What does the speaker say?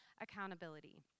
accountability